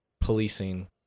policing